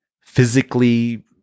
physically